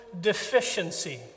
deficiency